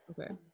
Okay